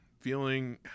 feeling